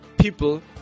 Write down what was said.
people